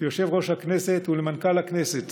ליושב-ראש הכנסת ולמנכ"ל הכנסת